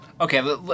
Okay